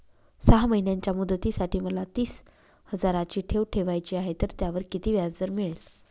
सहा महिन्यांच्या मुदतीसाठी मला तीस हजाराची ठेव ठेवायची आहे, तर त्यावर किती व्याजदर मिळेल?